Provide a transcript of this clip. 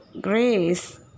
grace